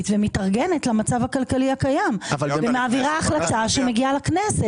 ומתארגנת למצב הכלכלי הקיים ומעבירה החלטה שמגיעה לכנסת.